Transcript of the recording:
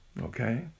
okay